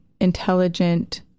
intelligent